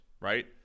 right